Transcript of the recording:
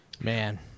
Man